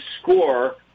score